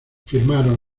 firmaron